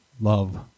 love